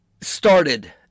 started